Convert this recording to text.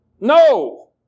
No